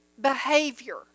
behavior